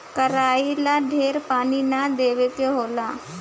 कराई ला ढेर पानी ना देवे के होला